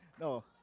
No